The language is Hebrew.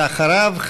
ואחריו,